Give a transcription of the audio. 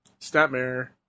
Snapmare